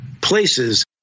places